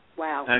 wow